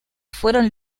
fueron